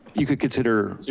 you could consider,